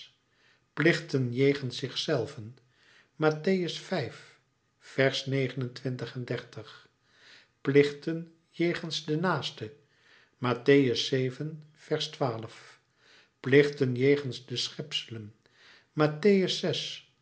plichten jegens zich zelven mattheus vijfentwintig dertig plichten jegens den naaste mattheus zeven verst plichten jegens de schepselen matth